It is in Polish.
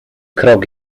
krok